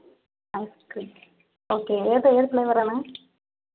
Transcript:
ice cream okay ഏത് ഏത് ഫ്ലേവറാണ്